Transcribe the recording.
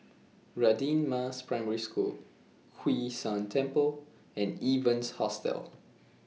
Radin Mas Primary School Hwee San Temple and Evans Hostel